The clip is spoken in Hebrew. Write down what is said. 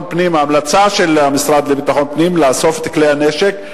ההמלצה של המשרד לביטחון פנים היא לאסוף את כלי הנשק,